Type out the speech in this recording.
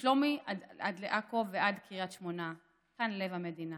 / משלומי עד לעכו ועד קריית שמונה / כאן לב המדינה.